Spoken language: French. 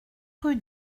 rue